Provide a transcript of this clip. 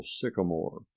sycamore